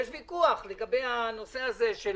יש ויכוח לגבי הנושא הזה של